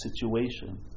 situation